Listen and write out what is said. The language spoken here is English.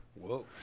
Whoa